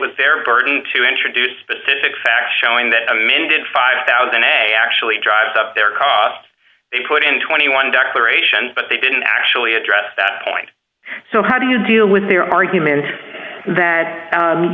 was their burden to introduce specific facts showing that amended five thousand a actually drives up their costs they put in twenty one declaration but they didn't actually address that point so how do you deal with the argument that